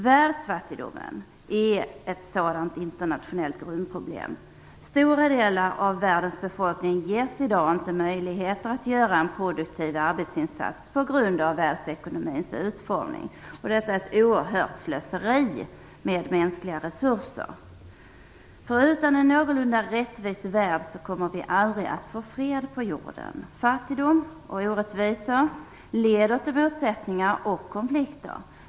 Världsfattigdomen är ett sådant internationellt grundproblem. Stora delar av världens befolkning ges i dag inte möjlighet att göra en produktiv arbetsinsats på grund av världsekonomins utformning. Detta är ett oerhört slöseri med mänskliga resurser. Utan en någorlunda rättvis värld kommer vi aldrig att få fred på jorden. Fattigdom och orättvisor leder till motsättningar och konflikter.